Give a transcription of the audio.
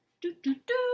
do-do-do